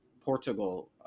Portugal